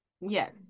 yes